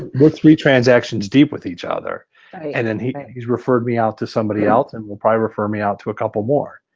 we're three transactions deep with each other and then he's he's referred me out to somebody else and will probably refer me out to a couple more.